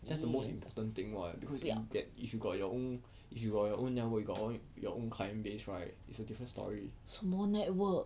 什么 network